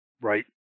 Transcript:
Right